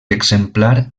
exemplar